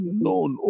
known